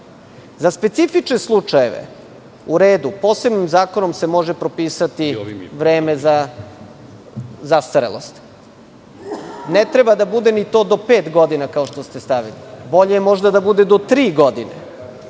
specifične slučajeve, u redu. Posebnim zakonom se može propisati vreme za zastarelost. Ne treba da bude ni to do pet godina, kao što ste stavili. Bolje je možda da bude do tri godine.